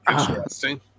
Interesting